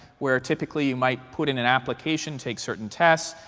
where typically you might put in an application, take certain tests,